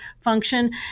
function